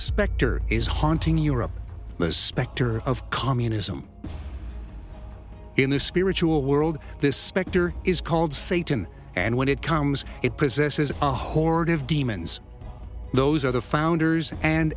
specter is haunting europe the specter of communism in the spiritual world this specter is called satan and when it comes it possesses a horde of demons those are the founders and